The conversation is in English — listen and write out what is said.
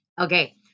Okay